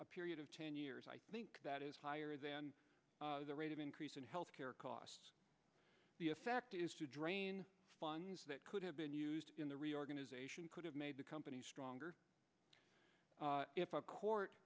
a period of ten years i think that is higher than the rate of increase in health care costs the effect is to drain funds that could have been used in the reorganization could have made the company stronger if a court